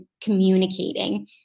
communicating